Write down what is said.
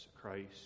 Christ